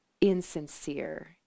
insincere